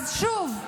אז שוב: